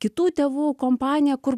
kitų tėvų kompanija kur